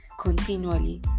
continually